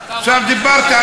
עכשיו דיברתי,